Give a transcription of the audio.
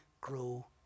grow